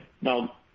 Now